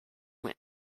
went